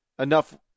Enough